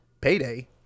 payday